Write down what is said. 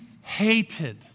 hated